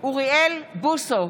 אוריאל בוסו,